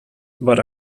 but